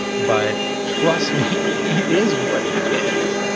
but trust me it is what it is.